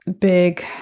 big